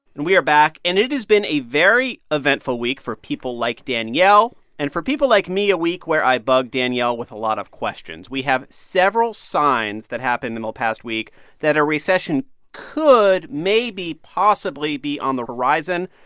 and we are back. and it has been a very eventful week for people like danielle and for people like me, a week where i bug danielle with a lot of questions. we have several signs that happened and in the past week that a recession could maybe possibly be on the horizon.